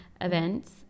events